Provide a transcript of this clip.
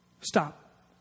Stop